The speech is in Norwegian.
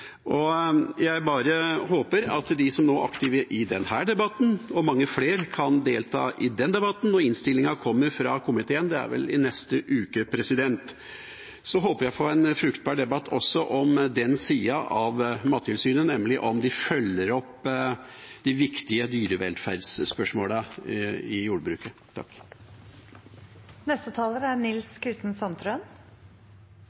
Jeg bare håper at de som nå er aktive i denne debatten – og mange flere – kan delta i den debatten når innstillingen kommer fra komiteen, som vel er i neste uke. Jeg håper på en fruktbar debatt også om den siden av Mattilsynet, nemlig om de følger opp de viktige dyrevelferdsspørsmålene i jordbruket. Trygg mat, god dyrevelferd og friske dyr er